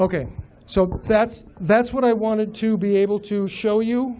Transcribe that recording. ok so that's that's what i wanted to be able to show you